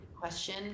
question